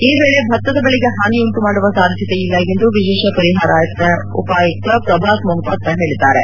ಈ ಮಳೆ ಭತ್ತದ ಬೆಳೆಗೆ ಹಾನಿಯುಂಟು ಮಾದುವ ಸಾಧ್ಯತೆ ಇಲ್ಲ ಎಂದು ವಿಶೇಷ ಪರಿಹಾರ ಉಪಾಯುಕ್ತ ಪ್ರಭಾತ್ ಮೋಹಪಾತ್ರ ಹೇಳಿದ್ದಾರೆ